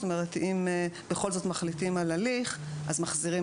זאת אומרת אם בכל זאת מחליטים על הליך אז מחזירים